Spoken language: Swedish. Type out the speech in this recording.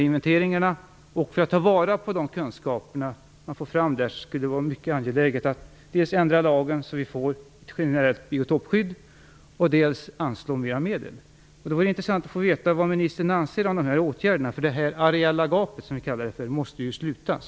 För att ta tillvara de kunskaper som kommer fram där skulle det vara mycket angeläget att dels ändra lagen så att vi får ett generellt biotopskydd, dels anslå mer medel. Det vore intressant att få veta vad ministern anser om dessa åtgärder. Det här areella gapet, som vi kallar det för, måste ju slutas.